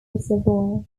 reservoir